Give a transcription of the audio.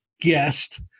guest